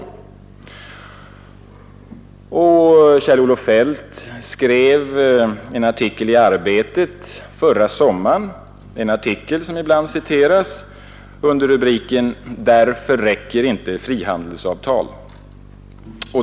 Handelsminister Kjell-Olof Feldt skrev förra sommaren en ibland citerad artikel i tidningen Arbetet under rubriken: Därför räcker inte frihandelsavtal.